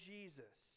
Jesus